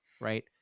right